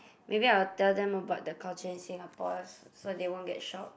maybe I will tell them about the culture in Singapore so they won't get shocked